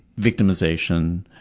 victimization,